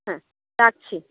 হ্যাঁ রাখছি